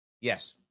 Yes